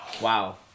Wow